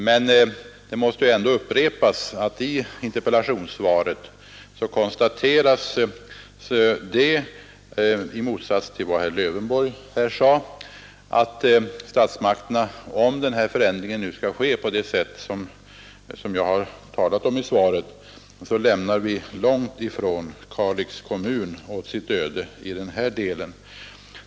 Men det måste ändå upprepas att det i interpellationssvaret konstateras, i motsats till vad herr Lövenborg här sade, att statsmakterna, om denna förändring nu skall ske på det sätt som jag har talat om i svaret, långt ifrån lämnar Kalix kommun åt sitt öde i detta avseende.